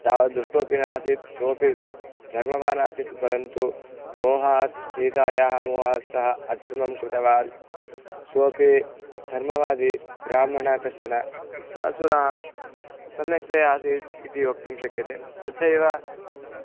तावद् दुष्टोपि नासीत् सोपि धर्मवान् आसीत् परन्तु मोहात् सीतायाः मोहात् सः अधर्मं कृतवान् सोपि धर्मवादी ब्राह्मणः कश्चन सः असुरः सम्यक्तया आसीत् इति वक्तुं शक्यते तथैव